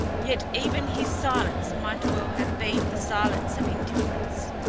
yet even his silence might well have been the silence of indifference.